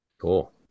Cool